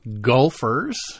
golfers